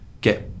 get